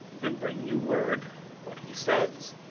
and bring you word what he says.